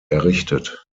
errichtet